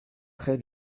très